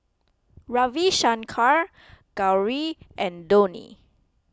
Ravi Shankar Gauri and Dhoni